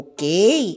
Okay